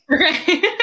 Okay